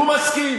ואני אולי מציע,